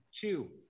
two